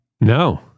No